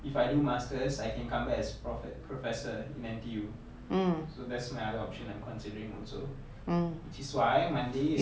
if I do masters I can come back as profe~ professor in N_T_U so that's my other option I'm considering also which is why monday is main